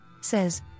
says